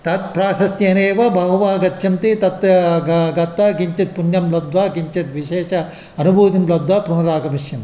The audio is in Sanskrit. तद् प्राशस्त्यनेव बहवः गच्छन्ति तत् ग गत्वा किञ्चित् पुण्यं लब्ध्वा किञ्चित् विशेष अनुभवं लब्ध्वा पुनरागमिष्यन्ति